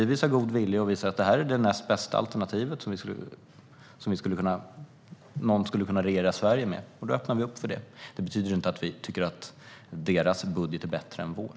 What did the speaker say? Vi visar god vilja och visar att detta är det näst bästa alternativ som någon skulle regera Sverige med, och då öppnar vi för det. Det betyder dock inte att vi tycker att deras budget är bättre än vår.